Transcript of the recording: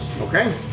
Okay